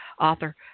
author